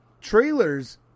trailers